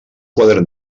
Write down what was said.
quadern